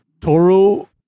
Toro